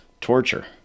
torture